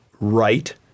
right